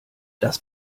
das